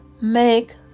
Make